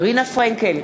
רינה פרנקל,